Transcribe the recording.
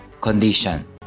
condition